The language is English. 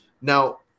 Now